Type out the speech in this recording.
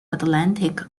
atlantic